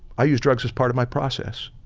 i use drugs as part of my process,